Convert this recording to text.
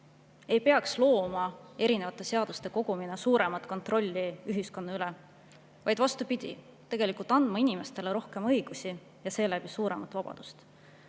ei peaks looma eri seaduste kogumina suuremat kontrolli ühiskonna üle, vaid vastupidi, tegelikult peaks see andma inimestele rohkem õigusi ja seeläbi suuremat vabadust.